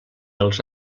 els